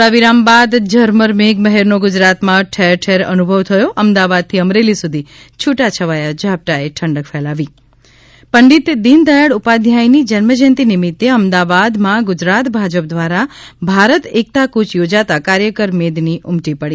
થોડા વિરામ બાદ ઝરમર મેઘમહેરનો ગુજરાતમાં ઠેરઠેર અનુભવ થયો અમદાવાદથી અમરેલી સુધી છુટાંછવાયા ઝાપટાંએ ઠંડક ફેલાવી પંડિત દિન દથા ઉપાધ્યાયની જન્મ જયંતિ નિમિત્તે અમદાવાદમાં ગુજરાત ભાજપ દ્વારા ભારત એકતા કૂય યોજાતા કાર્યકર મેદની ઉમટી પડી